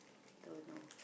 don't know